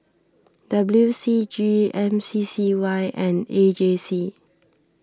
W C G M C C Y and A J C